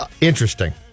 interesting